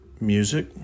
music